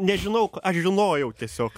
nežinau aš žinojau tiesiog